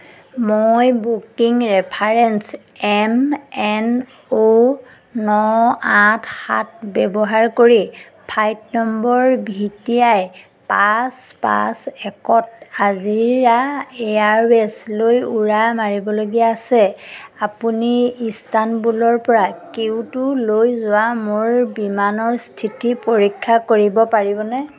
মই booking reference M N O N আঠ সাত ব্যৱহাৰ কৰি flight number V T I পাঁচ পাঁচ একত জাজিৰা এয়াৰৱে'জলৈ উৰা মাৰিবলগীয়া আছে আপুনি ইস্তানবুলৰপৰা কিয়োটোলৈ যোৱা মোৰ বিমানৰ স্থিতি পৰীক্ষা কৰিব পাৰিবনে